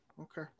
okay